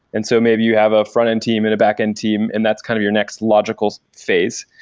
and so maybe you have a frontend team and a backend team and that's kind of your next logical phase.